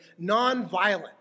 nonviolent